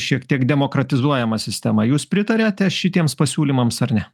šiek tiek demokratizuojama sistema jūs pritariate šitiems pasiūlymams ar ne